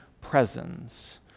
presence